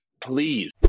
Please